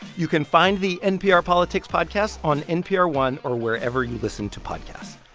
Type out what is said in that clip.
you can find the npr politics podcast on npr one or wherever you listen to podcasts.